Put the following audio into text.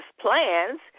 plans